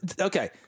okay